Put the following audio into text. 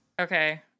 Okay